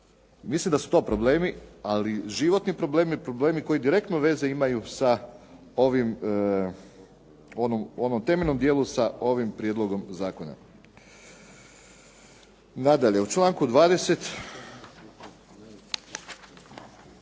Mislim da su to problemi, ali životni problemi, problemi koji direktno veze imaju sa ovim, u onom temeljnom dijelu sa ovim prijedlogom zakona. Nadalje, u članku 20.